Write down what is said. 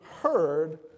heard